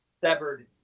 Severed